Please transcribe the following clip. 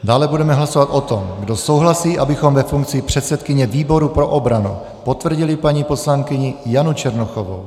Dále budeme hlasovat o tom, kdo souhlasí, abychom ve funkci předsedkyně výboru pro obranu potvrdili paní poslankyni Janu Černochovou.